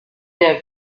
der